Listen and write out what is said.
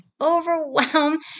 overwhelm